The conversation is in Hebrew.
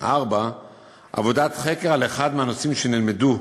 4. עבודת חקר על אחד מהנושאים שנלמדו,